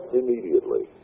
immediately